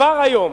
כבר היום,